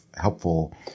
helpful